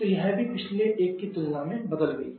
तो यह भी पिछले एक की तुलना में बदल गई है